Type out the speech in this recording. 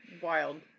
wild